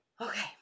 okay